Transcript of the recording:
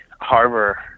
harbor